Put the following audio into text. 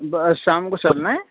بس شام کو چلنا ہے